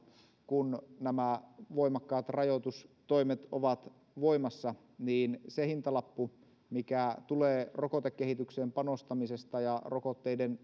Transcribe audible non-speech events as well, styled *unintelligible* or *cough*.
kun nämä voimakkaat rajoitustoimet ovat voimassa niin se hintalappu mikä tulee rokotekehitykseen panostamisesta ja rokotteiden *unintelligible*